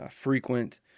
frequent